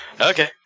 Okay